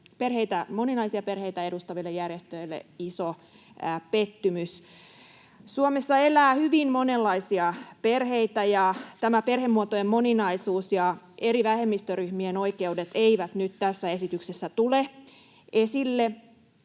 moninaisia perheitä edustaville, järjestöille iso pettymys. Suomessa elää hyvin monenlaisia perheitä, ja tämä perhemuotojen moninaisuus ja eri vähemmistöryhmien oikeudet eivät nyt tässä esityksessä tule esille.